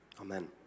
Amen